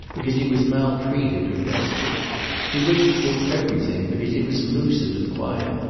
because he was maltreated or desperate he wished to do everything because he was lucid and quiet,